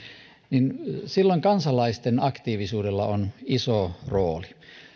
niin silloin kansalaisten aktiivisuudella on iso rooli